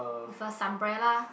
with a Sunbrella